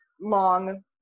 long